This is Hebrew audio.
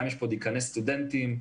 יש פה דיקני סטודנטים,